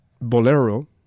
Bolero